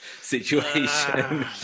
situation